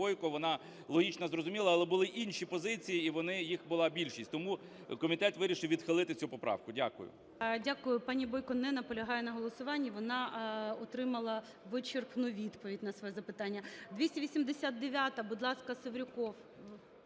Бойко, вона логічна і зрозуміла. Але були інші позиції, і їх була більшість, тому комітет вирішив відхилити цю поправку. Дякую. ГОЛОВУЮЧИЙ. Дякую. Пані Бойко не наполягає на голосуванні, вона отримала вичерпну відповідь на своє запитання. 289-а. Будь ласка, Севрюков.